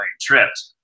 tripped